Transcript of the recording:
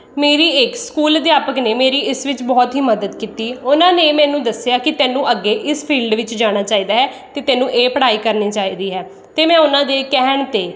ਮੇਰੀ ਇੱਕ ਸਕੂਲ ਅਧਿਆਪਕ ਨੇ ਮੇਰੀ ਇਸ ਵਿੱਚ ਬਹੁਤ ਹੀ ਮਦਦ ਕੀਤੀ ਉਹਨਾਂ ਨੇ ਮੈਨੂੰ ਦੱਸਿਆ ਕਿ ਤੈਨੂੰ ਅੱਗੇ ਇਸ ਫੀਲਡ ਵਿੱਚ ਜਾਣਾ ਚਾਹੀਦਾ ਹੈ ਅਤੇ ਤੈਨੂੰ ਇਹ ਪੜ੍ਹਾਈ ਕਰਨੀ ਚਾਹੀਦੀ ਹੈ ਅਤੇ ਮੈਂ ਉਹਨਾਂ ਦੇ ਕਹਿਣ 'ਤੇ